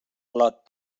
lot